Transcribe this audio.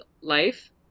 life